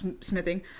smithing